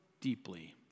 deeply